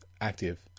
active